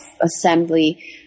assembly